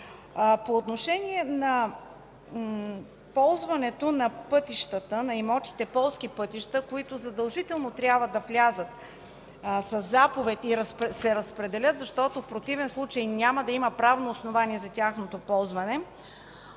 По отношение на ползването на имотите „полски пътища” – задължително трябва да влязат със заповед и да се разпределят, защото в противен случай няма да има правно основание за тяхното ползване.